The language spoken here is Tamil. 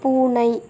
பூனை